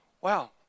Wow